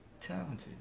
talented